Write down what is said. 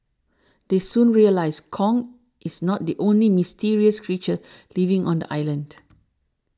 they soon realise Kong is not the only mysterious creature living on the island